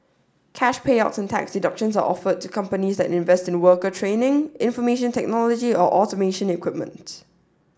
cash payouts and tax deductions are offered to companies that invest in worker training information technology or automation equipment